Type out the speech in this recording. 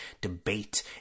debate